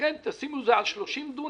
ולכן תשימו את זה על 30 דונם.